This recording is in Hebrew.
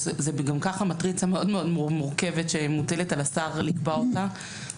זה גם ככה מטריצה מאוד מורכבת שמוטלת על השר לקבוע אותה.